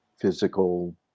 physical